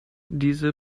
diese